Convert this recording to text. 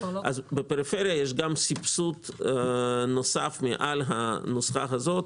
אז בפריפריה יש גם סבסוד נוסף מעל הנוסחה הזו.